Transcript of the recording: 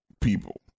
people